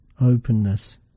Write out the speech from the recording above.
openness